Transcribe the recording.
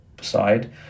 side